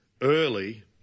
early